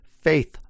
faith